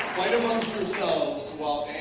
fight amongst yourselves while